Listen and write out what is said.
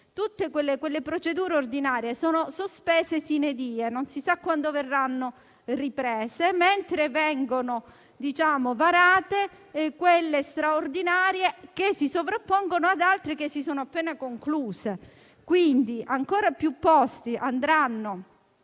Tutte le procedure ordinarie sono sospese *sine die*; non si sa quando verranno riprese, mentre vengono varate quelle straordinarie, che si sovrappongono ad altre che si sono appena concluse. Quindi, ancora più posti andranno